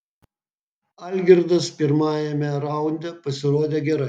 algirdas pirmajame raunde pasirodė gerai